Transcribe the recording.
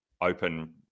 open